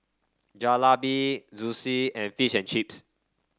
Jalebi Zosui and Fish and Chips